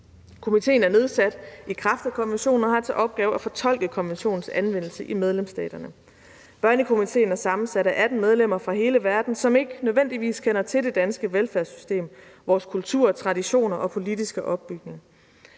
Komiteen er nedsat i kraft af konventionen og har til opgave at fortolke konventionens anvendelse i medlemsstaterne. Børnekomiteen er sammensat af 18 medlemmer fra hele verden, som ikke nødvendigvis kender til det danske velfærdssystem, vores kultur, traditioner og politiske opbygning.